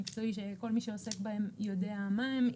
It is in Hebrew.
שכל מי שעוסק בהם יודע מה הם.